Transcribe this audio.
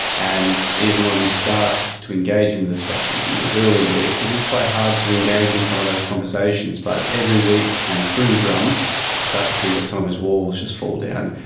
and even when we start to engage in discussions in those earlier weeks it is quite hard to engage in some of those conversations, but every week and through the drums you start to see that some of those walls just fall down,